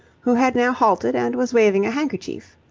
who had now halted and was waving a handkerchief.